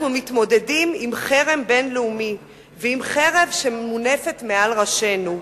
אנחנו מתמודדים עם חרם בין-לאומי ועם חרב שמונפת מעל ראשנו.